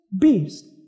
beast